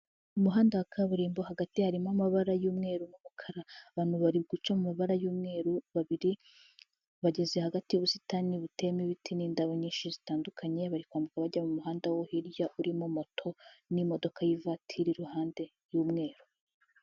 Umuhanda wa kaburimbo hagati harimo amabara y'umweru n'umukara. Abantu bari guca mu mabara y'umweru babiri, bageze hagati y'ubusitani buteyemo ibiti n'indabo nyinshi zitandukanye, bari kwambuka bajya mu muhanda wo hirya urimo moto n'imodoka y'ivatiri iruhande y'umweru.